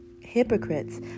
Hypocrites